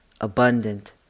abundant